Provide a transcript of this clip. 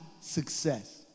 success